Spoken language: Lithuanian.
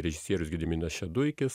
režisierius gediminas šeduikis